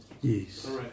Yes